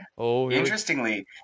interestingly